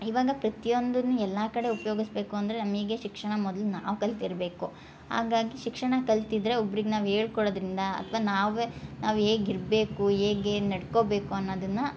ಇವಾಗ ಪ್ರತಿಯೊಂದನ್ನು ಎಲ್ಲಾ ಕಡೆ ಉಪ್ಯೋಗಿಸಬೇಕು ಅಂದರೆ ನಮಗೆ ಶಿಕ್ಷಣ ಮೊದಲು ನಾವು ಕಲ್ತಿರಬೇಕು ಹಾಗಾಗಿ ಶಿಕ್ಷಣ ಕಲ್ತಿದ್ದರೆ ಒಬ್ರಿಗೆ ನಾವು ಹೇಳ್ಕೊಡೋದರಿಂದ ಅಥ್ವ ನಾವೇ ನಾವು ಹೇಗಿರ್ಬೇಕು ಹೇಗೆ ನಡ್ಕೊಬೇಕು ಅನ್ನೋದನ್ನ